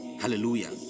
hallelujah